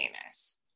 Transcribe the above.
famous